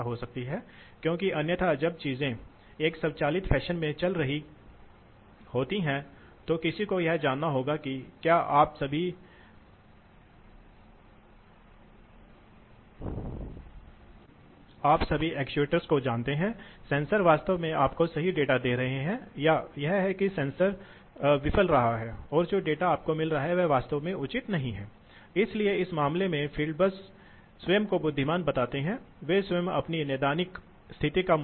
तो अब देखते हैं कि अगर हम ऑपरेटिंग पॉइंट्स को शिफ्ट करते हैं तो क्या होता है इसलिए इसे संक्षेप में प्रस्तुत किया जाता है इसलिए यह कहता है कि यह ऐसा है जिसे आप मोटे तौर पर जानते हैं क्योंकि हम एक उदाहरण देखने जा रहे हैं इसलिए हमारे उदाहरण में देखें 100 CFM CFM का अर्थ है एक लाभ मूल रूप से प्रति मिनट घन फीट प्रवाह यह है CFM का मतलब Q है इसलिए 100 प्रवाह 10 समय के लिए रहता है 80 प्रवाह 40 समय के लिए रहता है 60 के लिए 40